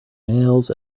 nails